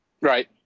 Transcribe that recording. Right